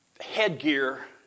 headgear